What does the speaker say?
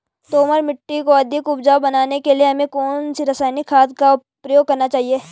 दोमट मिट्टी को अधिक उपजाऊ बनाने के लिए हमें कौन सी रासायनिक खाद का प्रयोग करना चाहिए?